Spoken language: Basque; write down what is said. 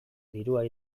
dirua